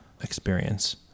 experience